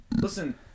Listen